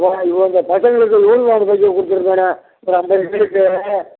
இவங்க பசங்களுக்கு யூனிஃபார்ம் தைக்க கொடுத்துருந்தனே ஒரு ஐம்பது பீஸு